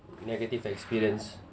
negative experience